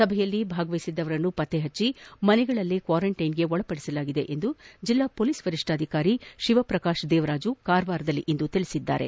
ಸಭೆಯಲ್ಲಿ ಭಾಗವಹಿಸಿದ್ದವರನ್ನು ಪತ್ತೆಹಚ್ಚಿ ಮನೆಯಲ್ಲೇ ಕ್ವಾರಂಟೈನ್ಗೆ ಒಳಪಡಿಸಲಾಗಿದೆ ಎಂದು ಜಿಲ್ಲಾ ಪೊಲೀಸ್ ವರಿಷ್ಠಾಧಿಕಾರಿ ಶಿವಪ್ರಕಾಶ ದೇವರಾಜು ಕಾರವಾರದಲ್ಲಿಂದು ತಿಳಿಸಿದ್ದಾರೆ